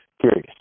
Curious